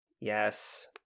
yes